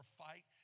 fight